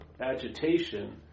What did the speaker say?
agitation